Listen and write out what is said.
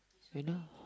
you know